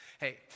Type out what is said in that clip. hey